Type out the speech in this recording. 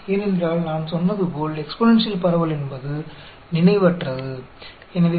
क्यों क्योंकि जैसा कि मैंने कहा एक्सपोनेंशियल डिस्ट्रीब्यूशन स्मृति हीन है